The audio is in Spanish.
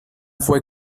fue